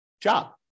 job